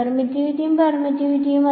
പെർമിറ്റിവിറ്റിയും പെർമിറ്റിവിറ്റിയും